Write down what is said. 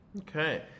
okay